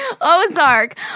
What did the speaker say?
Ozark